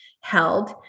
held